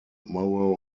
morrow